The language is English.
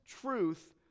truth